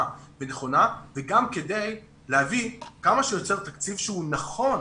ונכונה וגם כדי להביא כמה שיותר תקציב שהוא נכון